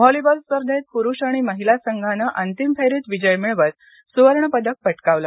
volleyball स्पर्धेत पुरुष आणि महिला संघानं अंतिम फेरीत विजय मिळवत सुवर्णपदक पटकावलं